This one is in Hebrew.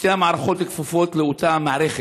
שתי המערכות כפופות לאותה מערכת,